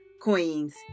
Queens